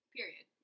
Period